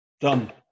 Done